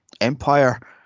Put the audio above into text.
Empire